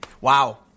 Wow